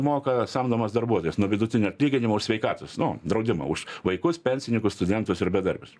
moka samdomas darbuotojas nuo vidutinio atlyginimo už sveikatos draudimą už vaikus pensinykus studentus ir bedarbius